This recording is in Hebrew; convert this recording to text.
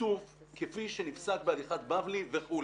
השיתוף כפי שנפסק בהלכת בבלי וכולי.